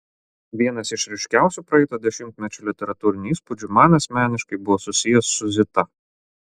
vienas iš ryškiausių praeito dešimtmečio literatūrinių įspūdžių man asmeniškai buvo susijęs su zita